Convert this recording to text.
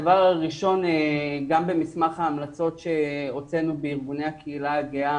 גם במסמך ההמלצות שהוצאנו בארגוני הקהילה הגאה,